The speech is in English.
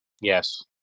Yes